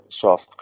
soft